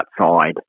outside